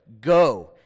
go